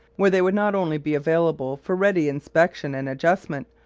where they would not only be available for ready inspection and adjustment,